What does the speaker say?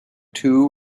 two